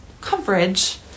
coverage